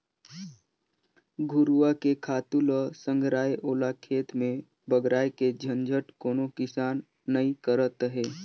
घुरूवा के खातू ल संघराय ओला खेत में बगराय के झंझट कोनो किसान नइ करत अंहे